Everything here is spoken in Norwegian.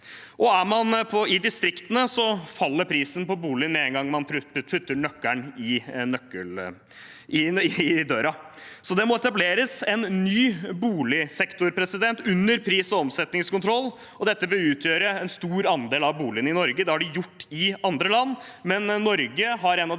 Er man i distriktene, faller prisen på boliger med en gang man putter nøkkelen i døra. Det må etableres en ny boligsektor under pris- og omsetningskontroll, og dette bør utgjøre en stor andel av boligene i Norge. Det har de gjort i andre land, men Norge har en